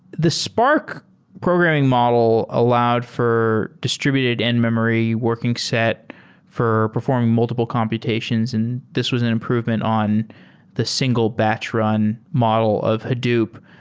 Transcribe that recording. the spark programming model allowed for distributed in-memory working set for performing multiple computations and this was an improvement on the single batch run model of hadoop.